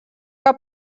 que